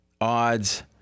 odds